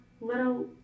little